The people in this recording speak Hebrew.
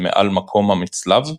שמעל מקום המצלב,